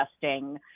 testing